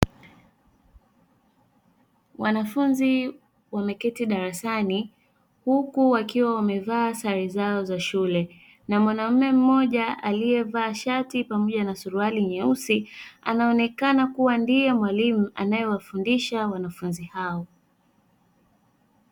Wanafunzi wameketi darasani huku wakiwa wamevaa sare zao za shule, na mwanaume mmoja aliyevaa shati na suruali nyeusi, anaonekana kuwa ndiye mwalimu anayewafundisha wanafunzi hao.